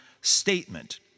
statement